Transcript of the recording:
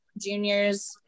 juniors